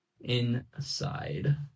inside